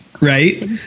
right